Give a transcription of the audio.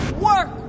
work